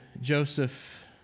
Joseph